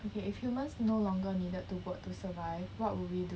okay if humans no longer needed to work to survive what would we do